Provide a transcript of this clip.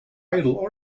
idle